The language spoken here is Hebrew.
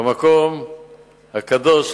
במקום הקדוש לנו,